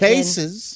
Cases